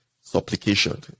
supplication